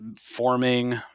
forming